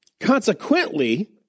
consequently